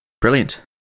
Brilliant